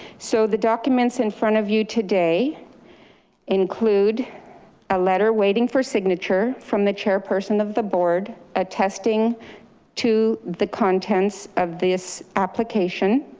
so the documents in front of you today include a letter waiting for signature from the chairperson of the board, attesting to the contents of this application.